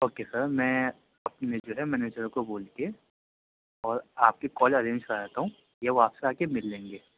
okay sir میں اپنے جو ہے مینیجر کو بول کے اور آپ کی کال ارینج کراتا ہوں یا وہ آپ سے آکے مِل لیں گے